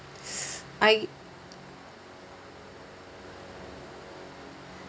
I